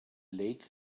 lake